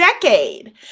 decade